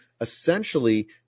essentially